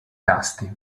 tasti